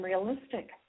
unrealistic